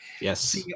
Yes